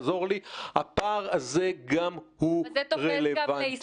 הפער הזה גם הוא רלוונטי.